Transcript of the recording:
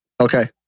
Okay